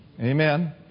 Amen